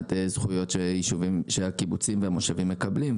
מבחינת זכויות שהקיבוצים והמושבים מקבלים,